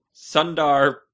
Sundar